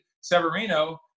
Severino